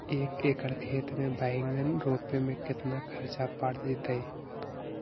एक एकड़ खेत में बैंगन रोपे में केतना ख़र्चा पड़ जितै?